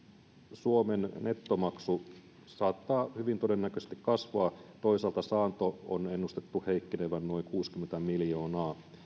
suomen nettomaksu saattaa hyvin todennäköisesti kasvaa toisaalta saannon on ennustettu heikkenevän noin kuusikymmentä miljoonaa